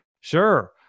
Sure